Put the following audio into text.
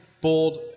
bold